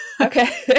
okay